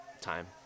time